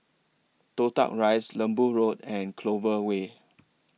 Toh Tuck Rise Lembu Road and Clover Way